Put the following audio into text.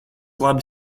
labi